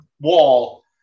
wall